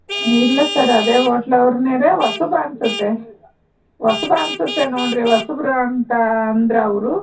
ಇಲ್ಲ ಸರ್ ಅದೇ ಹೊಟ್ಲವರು ಹೊಸಬ ಅನ್ನಿಸುತ್ತೆ ಹೊಸಬ ಅನ್ನಿಸುತ್ತೆ ನೋಡಿರಿ ಹೊಸಬ್ರು ಅಂತ ಅಂದ್ರು ಅವರು